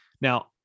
Now